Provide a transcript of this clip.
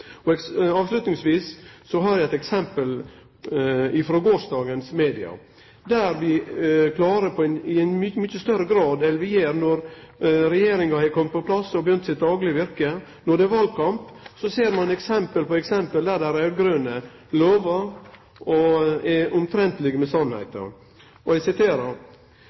og næringsdrivande generelt. Avslutningsvis har eg eit eksempel frå gårsdagens media. No har regjeringa kome på plass og begynt sitt daglege virke, men når det er valkamp, ser ein eksempel på eksempel der dei raud-grøne lover og er omtrentlege med sanninga. Og eg siterer: